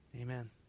Amen